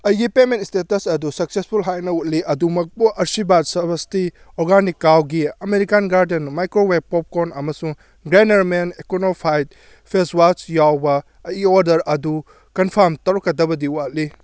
ꯑꯩꯒꯤ payment status ꯑꯗꯨ successful ꯍꯥꯏꯅ ꯎꯠꯂꯤ ꯑꯗꯨꯃꯛꯄꯨ ꯑꯁꯤꯔꯕꯥꯠ ꯁꯕꯁꯇꯤ ꯑꯣꯔꯒꯥꯅꯤꯛ ꯀꯥꯎꯒꯤ ꯑꯃꯦꯔꯤꯀꯥꯟ ꯒꯥꯔꯗꯦꯟ ꯃꯥꯏꯀ꯭ꯔꯣꯋꯦꯞ ꯄꯣꯞꯀꯣꯔꯟ ꯑꯃꯁꯨꯡ Garnier men acne fight face wash ꯌꯥꯎꯕ ꯑꯩꯒꯤ ꯑꯣꯔꯗꯔ ꯑꯗꯨ ꯀꯟꯐꯥꯝ ꯇꯧꯔꯛꯀꯗꯕꯗꯤ ꯋꯥꯠꯂꯤ